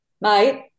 Mate